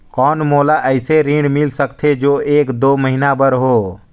कौन मोला अइसे ऋण मिल सकथे जो एक दो महीना बर हो?